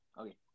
okay